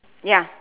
ya